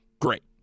great